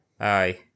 aye